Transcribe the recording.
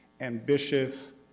ambitious